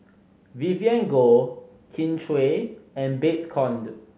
Vivien Goh Kin Chui and Babes Conde